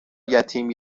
یتیم